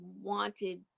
wanted